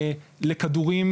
לכדורים,